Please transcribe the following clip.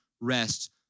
rest